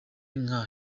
nka